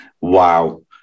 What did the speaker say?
Wow